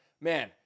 man